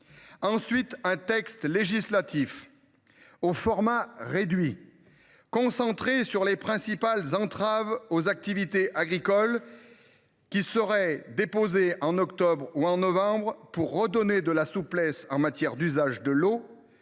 faut un texte législatif au format réduit, concentré sur les principales entraves aux activités agricoles, qui serait déposé en octobre ou en novembre, pour redonner de la souplesse en matière d’usages de l’eau